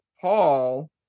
Paul